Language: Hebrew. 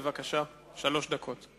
בבקשה, שלוש דקות.